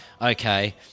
okay